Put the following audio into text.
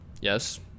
yes